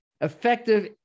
effective